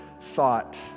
thought